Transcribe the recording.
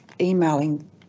emailing